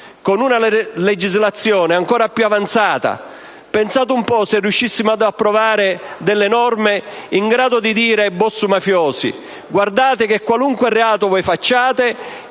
con una legislazione ancora più avanzata. Pensate se riuscissimo ad approvare delle norme in grado di dire ai *boss* mafiosi: guardate che, qualunque reato voi commettiate,